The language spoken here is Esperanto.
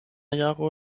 jaro